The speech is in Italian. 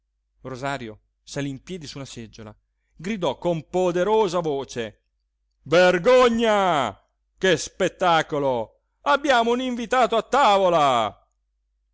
salí in piedi su una seggiola gridò con poderosa voce vergogna che spettacolo abbiamo un invitato a tavola